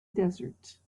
desert